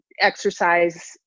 exercise